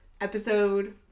episode